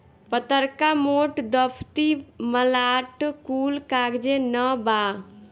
पतर्का, मोट, दफ्ती, मलाट कुल कागजे नअ बाअ